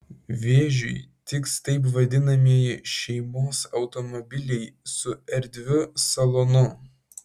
vėžiui tiks taip vadinamieji šeimos automobiliai su erdviu salonu